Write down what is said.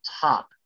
top